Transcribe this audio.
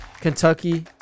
Kentucky